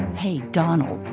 hey donald,